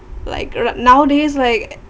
like nowadays like